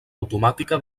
automàtica